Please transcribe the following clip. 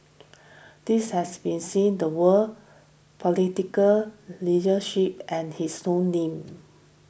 this has been seen the world political leadership and his own name